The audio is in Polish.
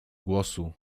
głosu